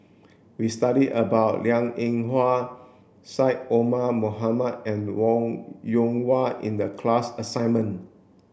we studied about Liang Eng Hwa Syed Omar Mohamed and Wong Yoon Wah in the class assignment